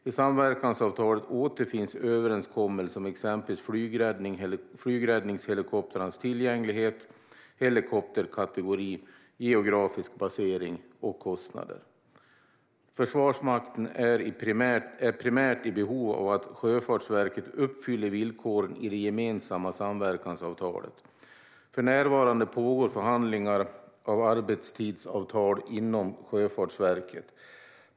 I samverkansavtalet återfinns överenskommelse om exempelvis flygräddningshelikoptrarnas tillgänglighet, helikopterkategori, geografisk basering och kostnader. Försvarsmakten är primärt i behov av att Sjöfartsverket uppfyller villkoren i det gemensamma samverkansavtalet. För närvarande pågår förhandlingar av arbetstidsavtal inom Sjöfartsverket.